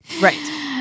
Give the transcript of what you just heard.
Right